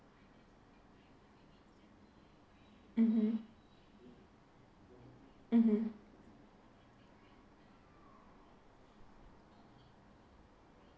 mmhmm mmhmm